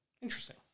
Interesting